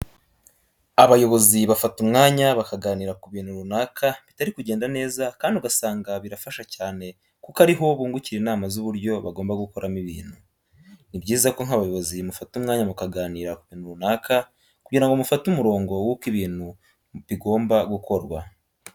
Abayobozi bafata umwanya bakaganira ku bintu runaka bitari kugenda neza kandi ugasanga birafasha cyane kuko ari ho bungukira inama z'uburyo bagomba gukoramo ibintu. Ni byiza ko nk'abayobozi mufata umwanya mukaganira ku bintu runaka kugira ngo mufate umurongo wuko ibintu bigomba gukorwa.